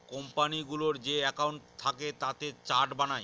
কোম্পানিগুলোর যে একাউন্ট থাকে তাতে চার্ট বানায়